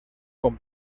con